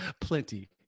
Plenty